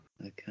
okay